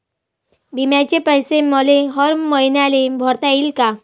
बिम्याचे पैसे मले हर मईन्याले भरता येईन का?